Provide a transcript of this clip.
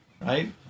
right